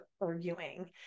arguing